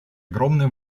огромное